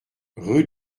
rue